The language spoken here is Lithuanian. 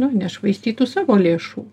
nu nešvaistytų savo lėšų